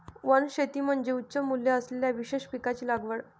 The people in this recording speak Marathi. वनशेती म्हणजे उच्च मूल्य असलेल्या विशेष पिकांची लागवड